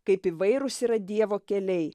kaip įvairūs yra dievo keliai